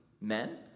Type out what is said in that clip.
men